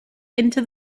into